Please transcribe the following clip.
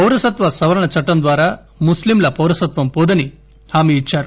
పౌరసత్వ సవరణ చట్టం ద్వారా ముస్లీంల పౌరసత్వం పోదని హామి ఇచ్చారు